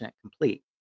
complete